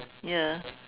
ya